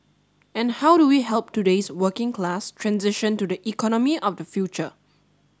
and how do we help today's working class transition to the economy of the future